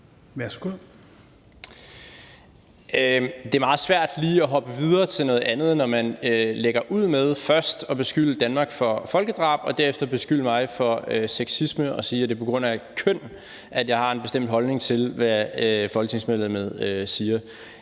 Det er meget svært lige at hoppe videre til noget andet, når man lægger ud med først at beskylde Danmark for folkedrab og derefter beskylde mig for sexisme og sige, at det er på grund af køn, at jeg har en bestemt holdning til, hvad folketingsmedlemmet siger.